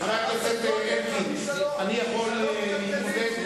חבר הכנסת, אתה מפריע לראש הממשלה.